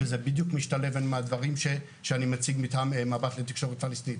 וזה בדיוק משתלב עם הדברים שאני מציג מטעם מבט לתקשורת פלסטינית.